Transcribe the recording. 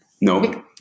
No